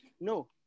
no